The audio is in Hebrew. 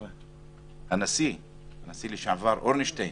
אפילו הנשיא לשעבר אורנשטיין